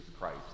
Christ